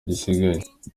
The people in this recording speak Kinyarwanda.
gisigaye